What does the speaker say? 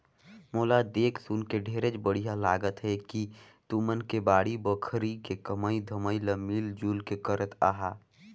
मोला देख सुनके ढेरेच बड़िहा लागत हे कि तुमन के बाड़ी बखरी के कमई धमई ल मिल जुल के करत अहा